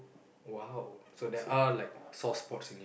!wow! so there are like soft spots in